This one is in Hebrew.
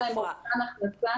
עפרה.